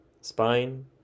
spine